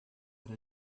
era